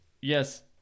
yes